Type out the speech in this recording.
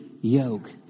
yoke